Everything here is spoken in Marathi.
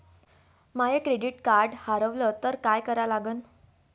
माय क्रेडिट कार्ड हारवलं तर काय करा लागन?